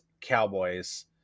Cowboys